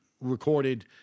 recorded